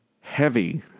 heavy